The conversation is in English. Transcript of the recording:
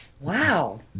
Wow